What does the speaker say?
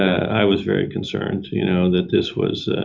i was very concerned, you know, that this was